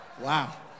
Wow